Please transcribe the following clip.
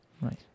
Right